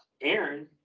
Aaron